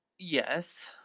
yes.